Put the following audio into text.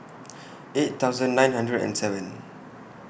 eight thousand nine hundred and seven